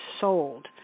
sold